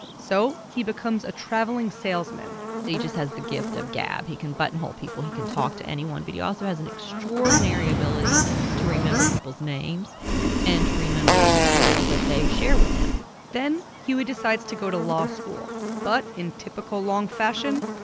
so he becomes a traveling salesman and he just has the gift of gab. he can buttonhole people. he can talk to anyone. but he also has an extraordinary ability to remember people's names and to remember material that they share with him then huey decides to go to law school. but in typical long fashion,